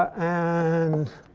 and